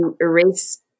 erase